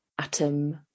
atom